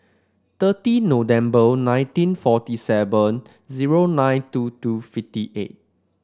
thirty November nineteen forty seven zero nine two two fifty eight